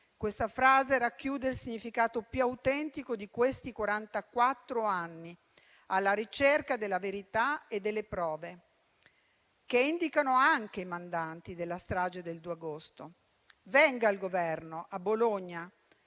questa frase racchiude il significato più autentico di questi quarantaquattro anni, alla ricerca della verità e delle prove, che indicano anche i mandanti della strage del 2 agosto. Venga il Governo a Bologna